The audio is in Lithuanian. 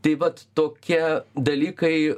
tai vat tokia dalykai